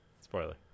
Spoiler